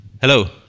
Hello